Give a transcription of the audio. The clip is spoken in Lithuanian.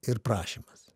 ir prašymas